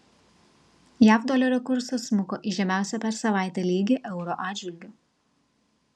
jav dolerio kursas smuko į žemiausią per savaitę lygį euro atžvilgiu